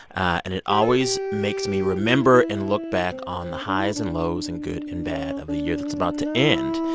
and it always makes me remember and look back on the highs and lows and good and bad of the year that's about to end.